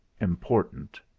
important